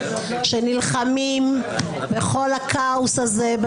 שנלחמים בכל הכאוס הזה.